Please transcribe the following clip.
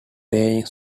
paying